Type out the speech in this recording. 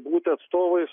būti atstovais